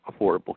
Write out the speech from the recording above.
Affordable